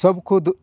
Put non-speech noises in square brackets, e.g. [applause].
[unintelligible]